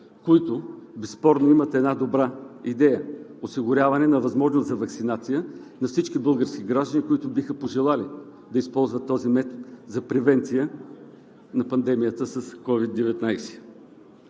които безспорно имат една добра идея – осигуряване на възможност за ваксинация на всички български граждани, които биха пожелали да използват този метод за превенция на пандемията с COVID-19;